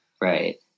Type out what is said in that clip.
right